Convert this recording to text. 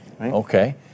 Okay